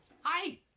Hi